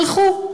הלכו,